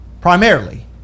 primarily